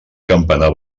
campanar